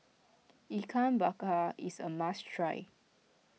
Ikan Bakar is a must try